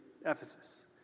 Ephesus